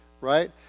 right